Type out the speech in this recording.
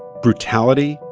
brutality,